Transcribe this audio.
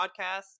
podcast